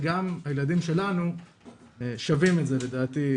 וגם הילדים שלנו שווים את זה לדעתי,